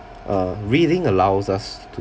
uh reading allows us to